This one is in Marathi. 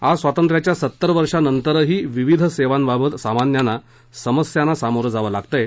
आज स्वांतत्र्याच्या सत्तर वर्षानंतरही विविध सेवांबाबत सामान्यांना समस्यांना सामोरं जावं लागतय